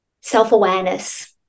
self-awareness